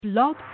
Blog